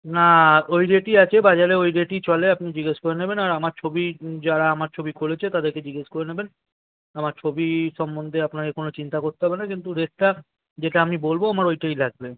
না ওই রেটই আছে বাজারে ওই রেটই চলে আপনি জিজ্ঞেস করে নেবেন আর আমার ছবি যাঁরা আমার ছবি করেছে তাঁদেরকে জিজ্ঞেস করে নেবেন আমার ছবি সম্বন্ধে আপনাকে কোনও চিন্তা করতে হবে না কিন্তু রেটটা যেটা আমি বলবো আমার ওইটাই লাগবে